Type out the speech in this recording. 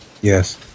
Yes